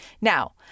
Now